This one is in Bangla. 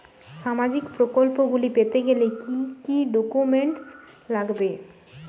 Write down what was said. সামাজিক প্রকল্পগুলি পেতে গেলে কি কি ডকুমেন্টস লাগবে?